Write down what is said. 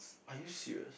are you serious